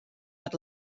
het